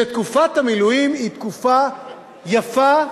שתקופת המילואים היא תקופה יפה,